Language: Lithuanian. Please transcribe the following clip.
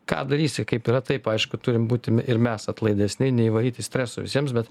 ką darysi kaip yra taip aišku turim būti ir mes atlaidesni neįvaryti streso visiems bet